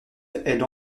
elle